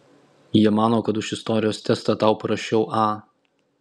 jie mano kad už istorijos testą tau parašiau a